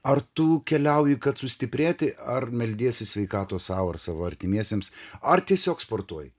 ar tu keliauji kad sustiprėti ar meldiesi sveikatos sau ar savo artimiesiems ar tiesiog sportuoji